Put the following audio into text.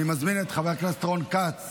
אני מזמין את חבר הכנסת רון כץ